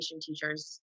teachers